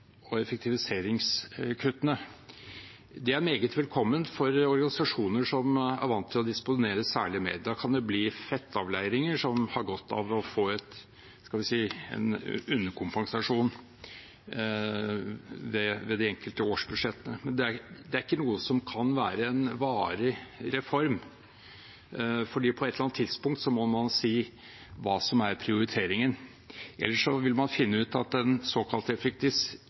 og effektiviseringskuttene. Det er meget velkomment for organisasjoner som er vant til å disponere særlig mer; da kan det bli «fettavleiringer» som har godt av å få en underkompensasjon ved de enkelte årsbudsjettene. Men dette er ikke noe som kan være en varig reform, for på et eller annet tidspunkt må man si hva som er prioriteringen. Ellers vil man finne ut at